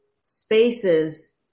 spaces